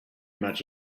much